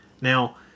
Now